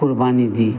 क़ुर्बानी दी